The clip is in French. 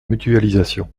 mutualisation